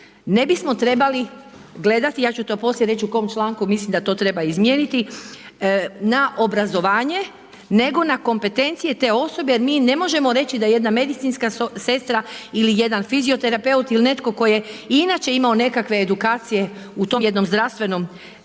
ne bismo trebali gledati, ja ću to poslije reći u kom članku mislim da to treba izmijeniti, na obrazovanje nego na kompetencije te osobe jer mi ne možemo reći da jedna medicinska sestra ili jedan fizioterapeut ili netko tko je inače imao nekakve edukacije u tom jednom zdravstvenom